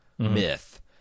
Myth